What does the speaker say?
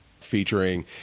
featuring